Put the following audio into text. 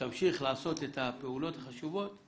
ותמשיך לעשות את הפעולות החשובות,